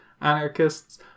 anarchists